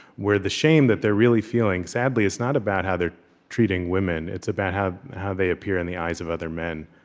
where the shame that they're really feeling, sadly, is not about how they're treating women. it's about how how they appear in the eyes of other men.